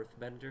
Earthbender